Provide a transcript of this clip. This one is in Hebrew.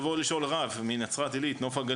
יבואו לשאול רב מנוף הגליל,